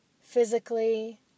physically